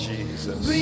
Jesus